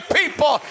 people